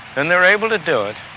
and they are able to do it,